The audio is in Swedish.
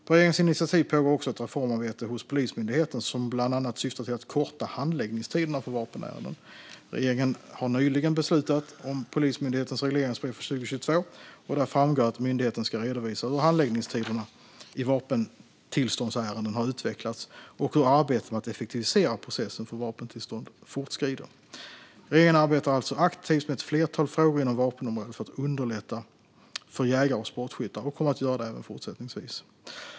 På regeringens initiativ pågår också ett reformarbete hos Polismyndigheten som bland annat syftar till att korta handläggningstiderna för vapenärenden. Regeringen har nyligen beslutat om Polismyndighetens regleringsbrev för 2022, där det framgår att myndigheten ska redovisa hur handläggningstiderna i vapentillståndsärenden har utvecklats och hur arbetet med att effektivisera processen för vapentillstånd fortskrider. Regeringen arbetar alltså aktivt med ett flertal frågor inom vapenområdet för att underlätta för jägare och sportskyttar och kommer att göra det även fortsättningsvis.